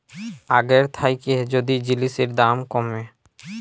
আগের থ্যাইকে যদি জিলিসের দাম ক্যমে